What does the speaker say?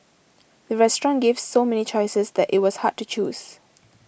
the restaurant gave so many choices that it was hard to choose